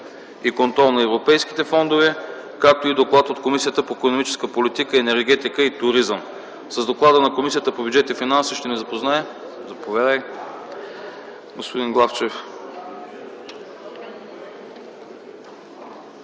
и контрол на европейските фондове, както и от Комисията по икономическата политика, енергетика и туризъм. С доклада на Комисията по бюджет и финанси ще ни запознае господин Главчев.